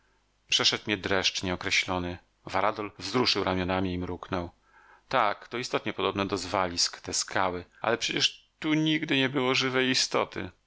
przeszedł mnie dreszcz nieokreślony varadol wzruszył ramionami i mruknął tak to istotnie podobne do zwalisk te skały ale przecież tu nigdy nie było żywej istoty